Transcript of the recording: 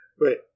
Wait